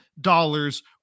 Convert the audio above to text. dollars